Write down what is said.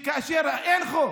אין חוק,